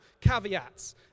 caveats